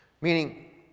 meaning